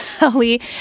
Ali